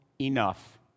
enough